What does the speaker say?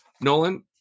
Nolan